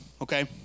okay